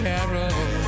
Carol